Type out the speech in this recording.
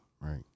right